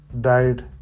died